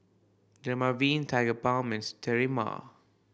Dermaveen Tigerbalm Sterimar